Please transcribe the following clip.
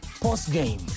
post-game